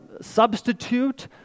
substitute